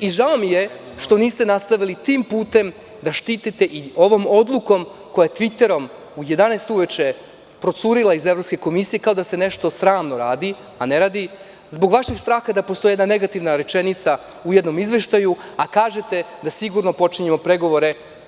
i žao mi je što niste nastavili tim putem da štitite ovom odlukom koja je Twitter-om u 23.00 časova procurila iz Evropske komisije kao da se nešto sramno radi, a ne radi, zbog vašeg straha da postoji jedna negativna rečenica u jednom izveštaju, a kažete da sigurno počinjemo pregovore.